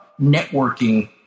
networking